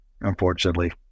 unfortunately